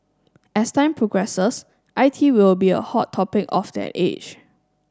as time progresses I T will be a hot topic of that age